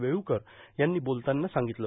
वेळूकर यांनी बोलताना सांगितलं